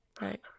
right